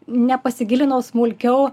nepasigilinau smulkiau